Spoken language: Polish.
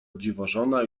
dziwożona